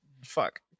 fuck